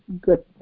good